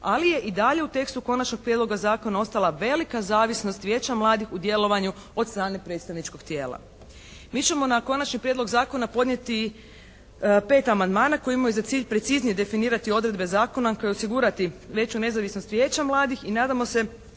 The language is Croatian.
ali je i dalje u tekstu konačnog prijedloga zakona ostala velika zavisnost Vijeća mladih u djelovanju od strane predstavničkog tijela. Mi ćemo na Konačni prijedlog zakona podnijeti pet amandmana koji imaju za cilj preciznije definirati odredbe zakona kao i osigurati veću nezavisnost Vijeća mladih i nadamo se